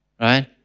Right